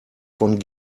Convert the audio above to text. von